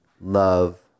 Love